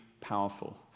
powerful